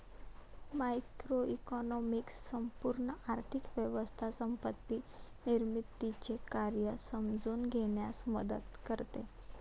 macroeconomics संपूर्ण आर्थिक व्यवस्था संपत्ती निर्मितीचे कार्य समजून घेण्यास मदत करते